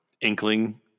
inkling